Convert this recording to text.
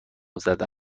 زده